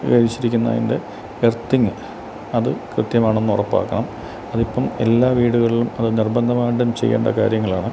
വച്ചിരിക്കുന്നതിൻ്റെ earthing അത് കൃത്യമാണെന്ന് ഉറപ്പാക്കാം അതിപ്പോള് എല്ലാ വീടുകളിലും അത് നിർബന്ധമായിട്ടും ചെയ്യേണ്ട കാര്യങ്ങളാണ്